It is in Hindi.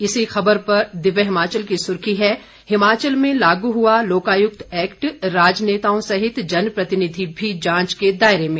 इसी खबर पर दिव्य हिमाचल की सुर्खी है हिमाचल में लागू हुआ लोकायुक्त एक्ट राजनेताओं सहित जनप्रतिनिधि भी जांच के दायरे में